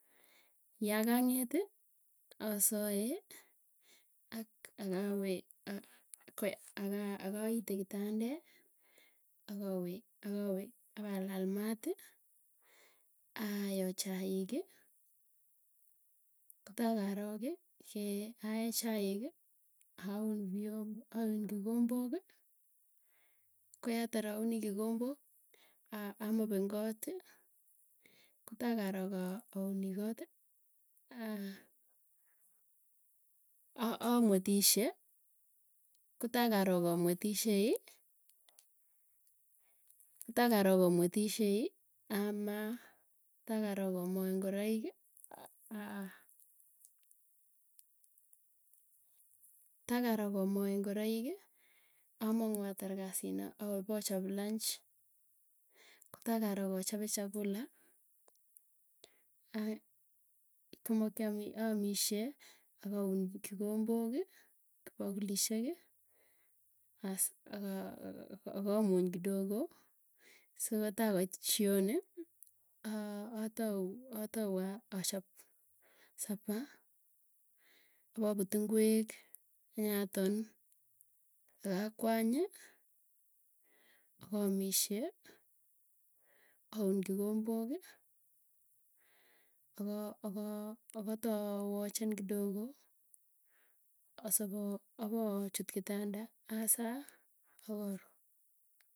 Yakang'eti asae, ak akawee akaite kitande. Akawe akawe apalalmaati, ayoo chaiki, kotaa korik ke, aae chaiki aun viomb kikomboki, koyatar auni kikombok aa amopen kooti, kotaa korok aa auni kooti. Aah amwetisye kotakorok amwetisyei, kotaa korok amwetisyei amaa, taa karog amae ngoroiki, aah taa korook amae ngoroiki. Amang'u atar kasi naa awe pochop lunch, kotaa korok achape chakula, ah komokiami aamishe, akaun kikomboki pakulishek as akamuny kidoko si ko tait jioni aah atau achap, achap supper abaput ingwek nya ton ak akwany ak aamishe aun kikomboki aka aka akata watchen kidogo asipo apa chut kitanda asa aka ruu.